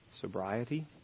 sobriety